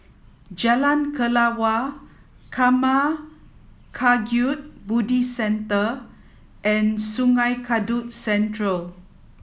Jalan Kelawar Karma Kagyud Buddhist Centre and Sungei Kadut Central